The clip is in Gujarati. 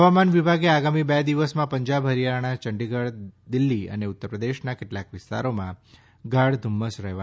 હવામાન વિભાગે આગામી બે દિવસમાં પંજાબ હરિયાણા ચંડીગઢ દિલ્હી અને ઉત્તરપ્રદેશ કેટલાંક વિસ્તારોમાં ગાઢ ધુમ્મસ રહેવાની શક્યતા છે